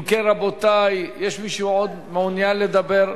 אם כן, רבותי, יש מישהו שעוד מעוניין לדבר?